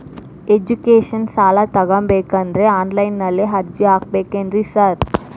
Education ಸಾಲ ತಗಬೇಕಂದ್ರೆ online ನಲ್ಲಿ ಅರ್ಜಿ ಹಾಕ್ಬೇಕೇನ್ರಿ ಸಾರ್?